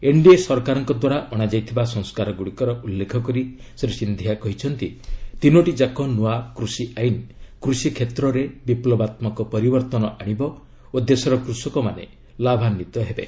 NDA ସରକାରଙ୍କ ଦ୍ୱାରା ଅଣାଯାଇଥିବା ସଂସ୍କାରଗୁଡ଼ିକର ଉଲ୍ଲେଖ କରି ଶ୍ରୀ ସିନ୍ଧିଆ କହିଛନ୍ତି ତିନୋଟିଯାକ ନୂଆ କୃଷି ଆଇନ କୃଷିକ୍ଷେତ୍ରରେ ବିପ୍ଲବାତ୍ମକ ପରିବର୍ତ୍ତନ ଆଣିବ ଓ ଦେଶର କୃଷକମାନେ ଲାଭାନ୍ଧିତ ହେବେ